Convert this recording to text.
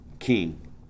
king